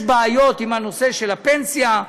יש בעיות עם הנושא של הפנסיה,